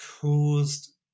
caused